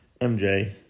MJ